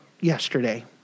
yesterday